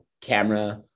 camera